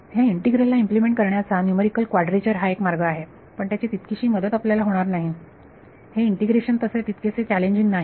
ह्या इंटीग्रल ला इम्प्लिमेंट करण्याचा न्यूमरिकल क्वाड्रेचर हा एक मार्ग आहे पण त्याची तितकीशी मदत आपल्याला होणार नाही हे इंटिग्रेशन तितकेसे चॅलेंजिंग नाही